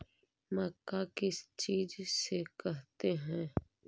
मक्का किस चीज से करते हैं?